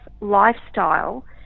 lifestyle